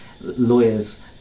lawyers